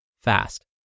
fast